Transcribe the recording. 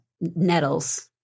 nettles